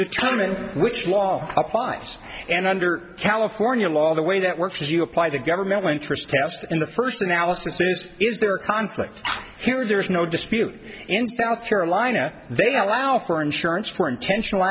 determine which law applies and under california law the way that works is you apply the governmental interest test in the first analysis based is there a conflict here or there is no dispute in south carolina they allow for insurance for intentional